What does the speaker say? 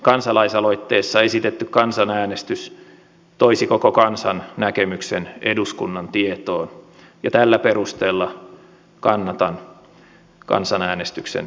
kansalaisaloitteessa esitetty kansanäänestys toisi koko kansan näkemyksen eduskunnan tietoon ja tällä perusteella kannatan kansanäänestyksen järjestämistä